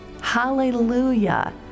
Hallelujah